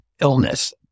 illness